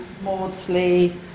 Maudsley